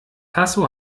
tasso